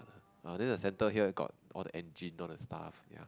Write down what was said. err then the center here got all the engine all the stuff ya